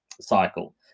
cycle